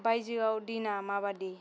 बायजोआव दिना माबादि